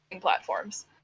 platforms